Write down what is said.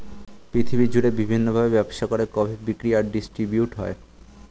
পৃথিবী জুড়ে বিভিন্ন ভাবে ব্যবসা করে কফি বিক্রি আর ডিস্ট্রিবিউট হয়